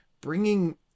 bringing